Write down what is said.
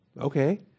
Okay